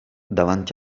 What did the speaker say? davanti